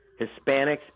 Hispanics